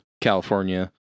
California